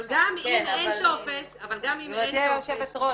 אבל גם אם אין טופס --- גברתי היושבת-ראש,